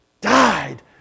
died